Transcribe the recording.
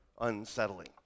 unsettling